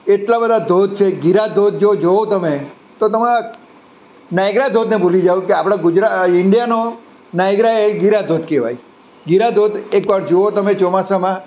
એટલા બધા ધોધ છે ગિરા ધોધ જો જુઓ તમે તો તમે નાયગ્રા ધોધને ભૂલી જાવ કે આપણા ઇન્ડિયાનો નાયગ્રા એ ગિરા ધોધ કહેવાય ગિરા ધોધ એકવાર જુઓ તમે ચોમાસામાં